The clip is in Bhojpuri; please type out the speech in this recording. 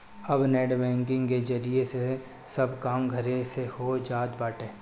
अब नेट बैंकिंग के जरिया से सब काम घरे से हो जात बाटे